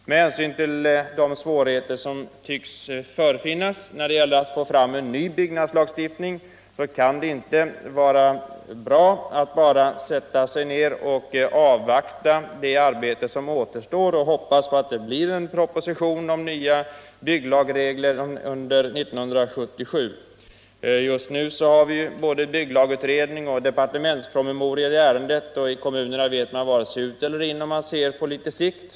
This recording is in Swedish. Med hänsyn till de svårigheter som tycks förefinnas när det gäller att få fram en ny byggnadslagstiftning kan det inte vara bra att bara sätta sig ned och avvakta det arbete som återstår och hoppas på att det under 1977 kommer en proposition om nya byggnadslagregler. Just nu finns både byggnadslagutredningen och departementspromemorior i ärendet. Kommuner vet varken ut eller in sett på sikt.